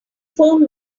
phone